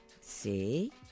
See